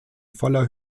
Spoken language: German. voller